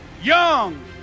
young